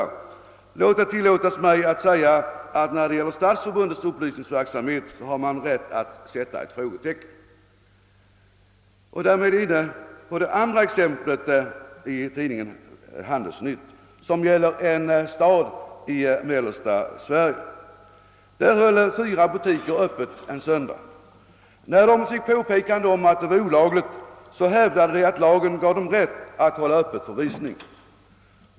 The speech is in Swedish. Må det tillåtas mig att säga att när det gäller Stadsförbundets verksamhet så har man rätt att sätta ett frågetecken. Därmed är vi inne på det andra exemplet i tidningen Handelsnytt, som gäller en stad i mellersta Sverige. Där höll fyra butiker öppet en söndag. När ägarna fick påpekande om att det var olagligt hävdade de att lagen gav dem rätt att hålla öppet för visning.